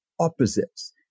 opposites